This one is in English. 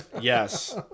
Yes